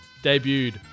debuted